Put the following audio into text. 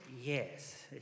Yes